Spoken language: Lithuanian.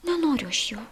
nenoriu aš jo